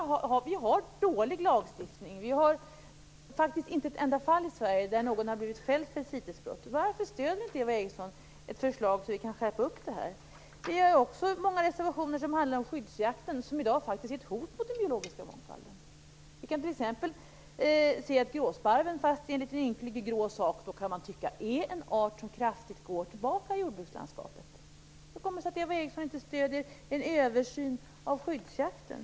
Vi har där en dålig lagstiftning. Det finns faktiskt inte ett enda fall i Sverige där någon har blivit fälld för CITES-brott. Varför stöder inte Eva Eriksson ett förslag som gör att vi kan få en skärpning här? Vi har många reservationer som handlar om skyddsjakten, som i dag faktiskt är ett hot mot den biologiska mångfalden. Vi kan t.ex. se att gråsparven - som man kan tycka bara är en ynklig grå liten sak - är en art som kraftigt går tillbaka i jordbrukslandskapet. Hur kommer det sig att Eva Eriksson inte ger sitt stöd beträffande en översyn av skyddsjakten?